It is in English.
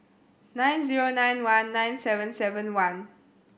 nine zero nine one nine seven seven one